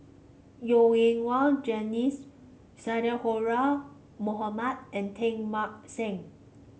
Yo En Wah Sadhora Mohamed and Teng Mah Seng